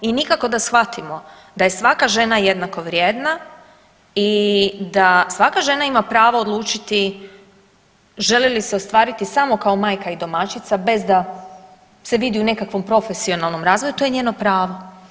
I nikako da shvatimo da je svaka žena jednako vrijedna i da svaka žena ima pravo odlučiti želi li se ostvariti samo kao majka i domaćica bez da se vidi u nekakvom profesionalnom razvoju to je njeno pravo.